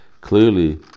Clearly